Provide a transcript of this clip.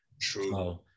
true